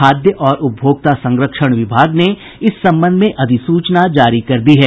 खाद्य और उपभोक्ता संरक्षण विभाग ने इस संबंध में अधिसूचना जारी कर दी है